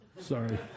sorry